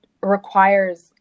requires